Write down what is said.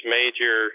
major